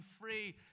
free